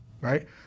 right